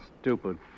stupid